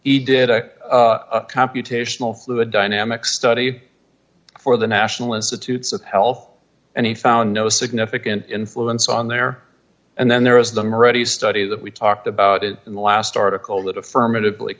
he did a computational fluid dynamics study for the national institutes of health and he found no significant influence on there and then there was them ready study that we talked about it in the last article that affirmative